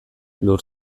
lur